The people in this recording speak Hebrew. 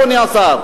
אדוני השר,